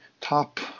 top